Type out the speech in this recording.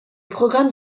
programme